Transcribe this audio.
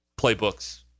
playbooks